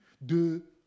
de